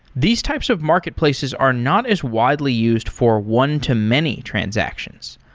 these types of marketplaces are not as widely used for one-to-many transactions,